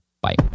Bye